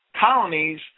colonies